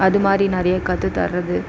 அதுமாதிரி நிறைய கற்றுத்தர்றது